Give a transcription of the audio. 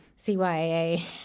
CYA